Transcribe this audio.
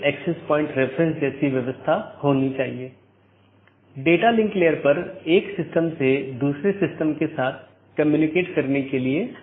इसलिए हर कोई दुसरे को जानता है या हर कोई दूसरों से जुड़ा हुआ है